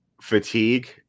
fatigue